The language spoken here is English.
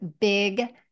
big